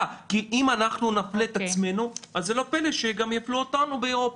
כי אם אנחנו נפלה את עצמנו אז לא פלא שגם יפלו אותנו באירופה.